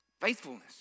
faithfulness